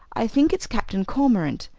i think it's captain cormorant,